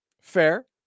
Fair